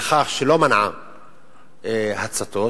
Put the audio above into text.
בכך שלא מנעה הצתות,